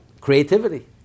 creativity